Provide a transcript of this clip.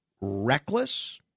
reckless